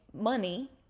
money